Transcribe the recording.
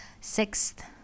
sixth